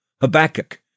Habakkuk